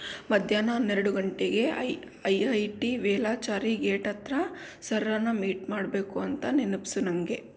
ಮಧ್ಯಾಹ್ನ ಹನ್ನೆರಡು ಗಂಟೆಗೆ I I I T Velachery gate ಹತ್ತಿರ ಸರ್ರನ್ನ ಮೀಟ್ ಮಾಡಬೇಕು ಅಂತ ನೆನಪಿಸು ನನಗೆ